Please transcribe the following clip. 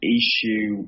issue